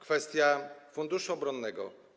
Kwestia funduszu obronnego.